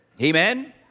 Amen